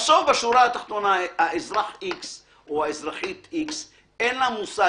בסוף, בשורה התחתונה, האזרח איקס אין לו מושג.